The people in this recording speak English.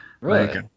Right